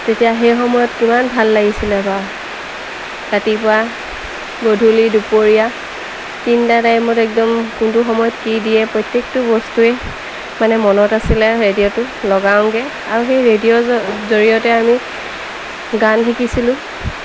তেতিয়া সেই সময়ত কিমান ভাল লাগিছিলে বা ৰাতিপুৱা গধূলি দুপৰীয়া তিনিটা টাইমত একদম কোনটো সময়ত কি দিয়ে প্ৰত্যেকটো বস্তুৱেই মানে মনত আছিলে ৰেডিঅ'টো লগাওঁগৈ আৰু সেই ৰেডিঅ' জ জৰিয়তে আমি গান শিকিছিলোঁ